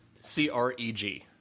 C-R-E-G